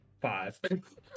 five